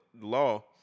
law